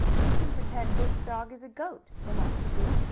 we can pretend this dog is a goat, remarked sue,